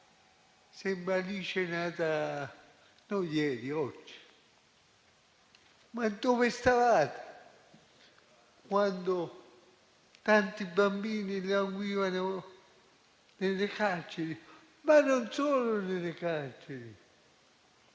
sembra un'Alice nata non ieri, oggi. Ma dove stavate quando tanti bambini languivano nelle carceri? E non solo nelle carceri,